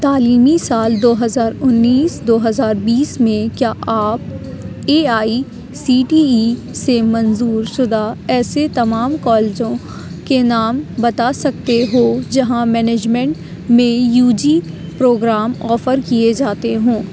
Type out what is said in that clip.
تعلیمی سال دو ہزار انیس دو ہزار بیس میں کیا آپ A I C T E سے منظور شدہ ایسے تمام کالجوں کے نام بتا سکتے ہو جہاں مینجمنٹ میں یو جی پروگرام آفر کیے جاتے ہوں